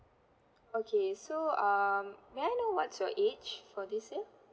okay so um may I know what's your age for this year